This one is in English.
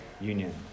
union